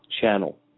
channel